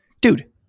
dude